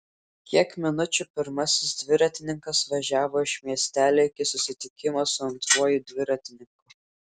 kiek minučių pirmasis dviratininkas važiavo iš miestelio iki susitikimo su antruoju dviratininku